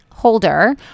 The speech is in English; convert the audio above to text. Holder